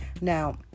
Now